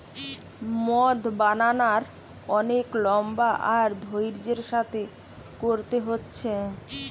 মদ বানানার অনেক লম্বা আর ধৈর্য্যের সাথে কোরতে হচ্ছে